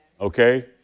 Okay